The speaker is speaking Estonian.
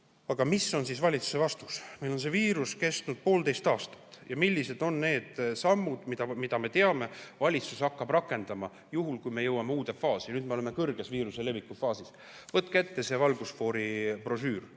Aga mis on siis valitsuse vastus? Meil on see viirus kestnud poolteist aastat. Millised on need sammud, mille kohta me teame, et valitsus hakkab neid rakendama, juhul kui me jõuame uude faasi? Nüüd me oleme viiruse leviku kõrges faasis. Võtke ette see valgusfooribrošüür,